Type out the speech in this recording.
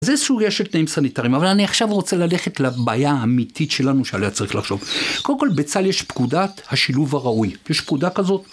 זה סוגיה של תנאים סניטריים, אבל אני עכשיו רוצה ללכת לבעיה האמיתית שלנו שעליה צריך לחשוב. קודם כל, בצהל יש פקודת השילוב הראוי. יש פקודה כזאת.